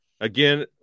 again